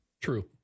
True